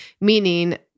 meaning